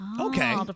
Okay